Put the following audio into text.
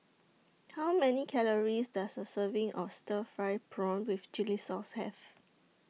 How Many Calories Does A Serving of Stir Fried Prawn with Chili Sauce Have